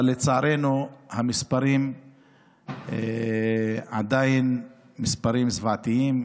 אבל לצערנו המספרים עדיין זוועתיים,